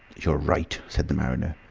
you're right, said the mariner.